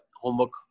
homework